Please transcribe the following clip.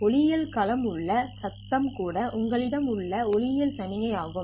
ஒளியியல் களம் உள்ள சத்தம் கூட உங்களிடம் உள்ள ஒளியியல் சமிக்ஞை ஆகும்